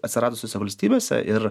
atsiradusiose valstybėse ir